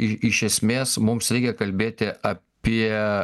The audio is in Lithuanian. i iš esmės mums reikia kalbėti apie